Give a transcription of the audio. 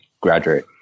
graduate